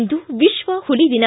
ಇಂದು ವಿಶ್ವ ಹುಲಿ ದಿನ